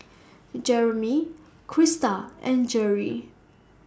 Jereme Crysta and Gerri